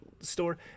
store